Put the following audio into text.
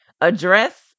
address